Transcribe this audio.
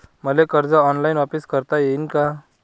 मले कर्ज ऑनलाईन वापिस करता येईन का?